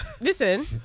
listen